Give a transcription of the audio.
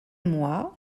mois